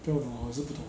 不要问我我也是不懂